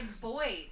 boys